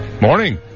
Morning